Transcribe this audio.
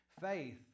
Faith